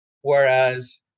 Whereas